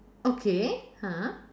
okay ha